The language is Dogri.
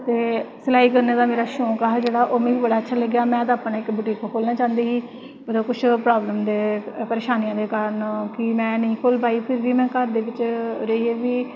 ते सलाई करने दा शौंक हा जेह्ड़ा मेरा ओह् मिगी बड़ा अच्छा लग्गेआ में इक बूटीक खोह्लना चांह्दी ही कुश परेशानियां प्राब्लम दे कारण में नेईं खोह्ल्ली पाई ते में घर दे बिच्च बी रेहियै में